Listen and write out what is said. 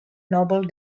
noble